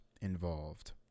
involved